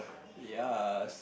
yes